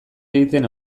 egiten